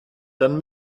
dann